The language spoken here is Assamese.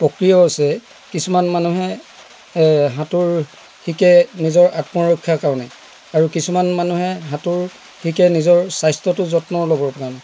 প্ৰক্ৰিয়া আছে কিছুমান মানুহে সাঁতোৰ শিকে নিজৰ আত্ম ৰক্ষাৰ কাৰণে আৰু কিছুমান মানুহে সাঁতোৰ শিকে নিজৰ স্বাস্থ্যটো যত্ন ল'বৰ কাৰণে